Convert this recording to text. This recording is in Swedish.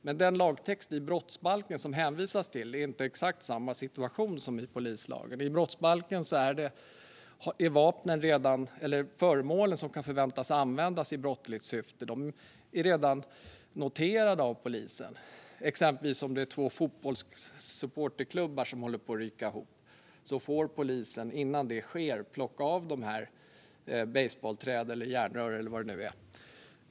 Men den lagtext i brottsbalken som det hänvisas till gäller inte exakt samma situation som texten i polislagen. I brottsbalken är de föremål som kan förväntas komma att användas i brottsligt syfte redan noterade av polisen. Om exempelvis två fotbollssupporterklubbar håller på att ryka ihop får polisen innan det sker plocka av dem basebollträn, järnrör eller vad det nu är.